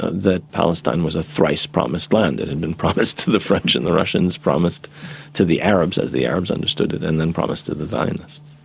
that palestine was a thrice promised land, it had and been promised to the french and the russians, promised to the arabs, as the arabs understood it, and then promised to the zionists.